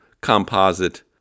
composite